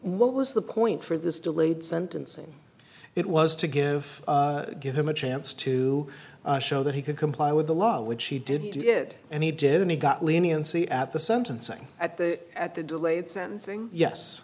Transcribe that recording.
what was the point for this delayed sentencing it was to give give him a chance to show that he could comply with the law which he did he did and he did and he got leniency at the sentencing at the at the delayed sentencing yes